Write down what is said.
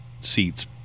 seats